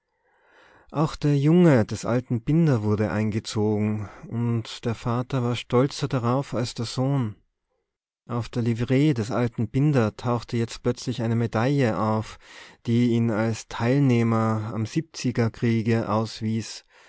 auch der junge des alten binder wurde eingezogen und der vater war stolzer darauf als der sohn auf der livree des alten binder tauchte jetzt plötzlich eine medaille auf die ihn als teilnehmer am siebziger kriege auswies